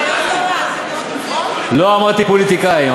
לא אמרתי פוליטיקאים.